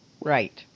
Right